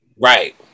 Right